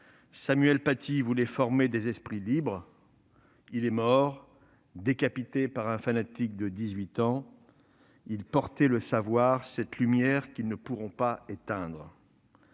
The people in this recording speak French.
Samuel Paty voulait former des esprits libres. Il est mort, décapité par un fanatique de 18 ans. Il portait le savoir, cette lumière qu'ils ne pourront pas éteindre.